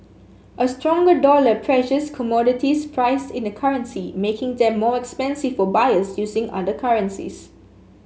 a stronger dollar pressures commodities priced in the currency making them more expensive for buyers using other currencies